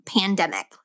pandemic